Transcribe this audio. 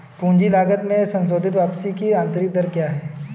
पूंजी लागत में संशोधित वापसी की आंतरिक दर क्या है?